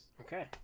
Okay